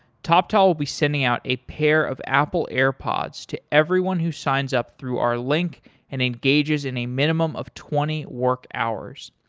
toptal will be sending out a pair of apple airpods to everyone who signs up through our link and engages in a minimum of twenty work hours.